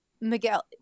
Miguel